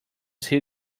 his